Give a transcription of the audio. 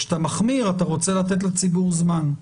כשאתה מחמיר אתה רוצה לתת לציבור זמן,